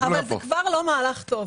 זה כבר לא מהלך טוב.